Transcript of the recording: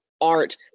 art